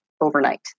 overnight